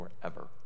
forever